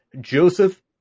Joseph